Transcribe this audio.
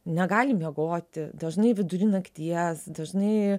negali miegoti dažnai vidury nakties dažnai